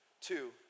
two